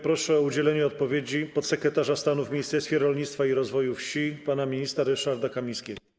Proszę o udzielenie odpowiedzi podsekretarza stanu w Ministerstwie Rolnictwa i Rozwoju Wsi pana ministra Ryszarda Kamińskiego.